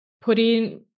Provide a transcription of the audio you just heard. putting